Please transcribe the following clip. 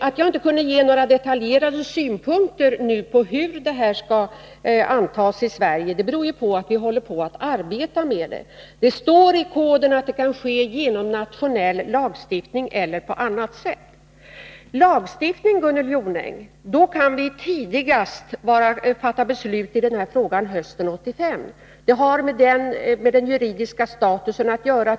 Att jag inte nu kan ge några detaljerade synpunkter på hur reglerna skall genomföras i Sverige beror på att vi håller på att arbeta med detta. Det står i koden att antagandet kan ske genom nationell lagstiftning eller på annat sätt. Om vi väljer lagstiftningsvägen, Gunnel Jonäng, kan vi fatta beslut i denna fråga tidigast hösten 1985. Det har med den juridiska statusen att göra.